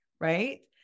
right